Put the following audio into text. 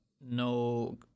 no